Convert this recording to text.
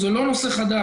זה לא נושא חדש,